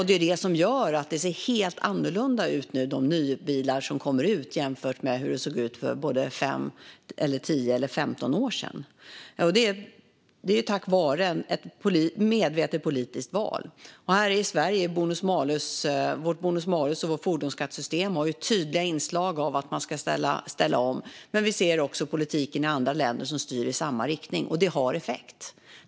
Det är det som gör att det ser helt annorlunda ut nu med de nybilar som kommer ut jämfört med hur det såg ut för fem, tio eller femton år sedan. Det är tack vare ett medvetet politiskt val. Här i Sverige har vårt bonus-malus och vårt fordonsskattesystem tydliga inslag av att man ska ställa om. Men vi ser också politiken i andra länder som styr i samma riktning och att det har effekt.